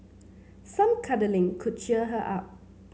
some cuddling could cheer her up